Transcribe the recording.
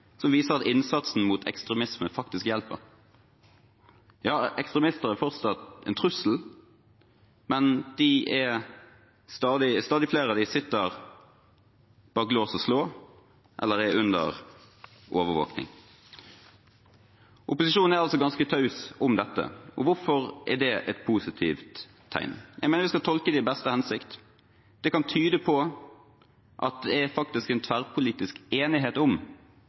som viser at innsatsen mot ekstremisme faktisk hjelper. Ekstremister er fortsatt en trussel, men stadig flere av dem sitter bak lås og slå eller er under overvåkning. Opposisjonen er altså ganske taus om dette. Hvorfor er det et positivt tegn? Jeg mener vi skal tolke det i beste hensikt. Det kan tyde på at det faktisk er en tverrpolitisk enighet om